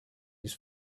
his